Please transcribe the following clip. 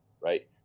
right